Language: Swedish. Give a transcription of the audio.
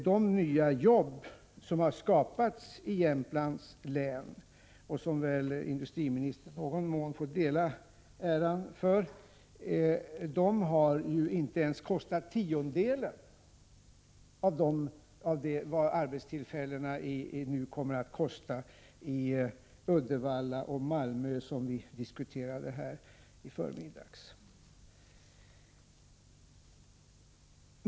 De nya jobb som har skapats i Jämtlands län, och som industriministern i någon mån får ta del av äran för, har inte ens kostat tiondelen av vad arbetstillfällena nu kommer att kosta i Uddevalla och Malmö, vilket vi diskuterade tidigare i dag.